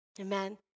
Amen